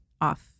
off